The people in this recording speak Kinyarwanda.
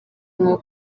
nko